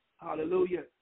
Hallelujah